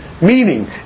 Meaning